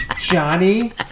Johnny